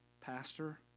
pastor